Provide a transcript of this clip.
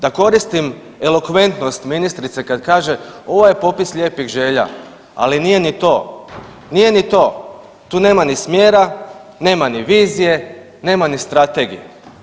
Da koristim elokventnost ministrice kad kaže ovo je popis lijepih želja, ali nije ni to, nije ni to, tu nema ni smjera, nema ni vizije, nema ni strategije.